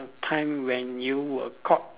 a time when you were caught